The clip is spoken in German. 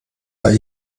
der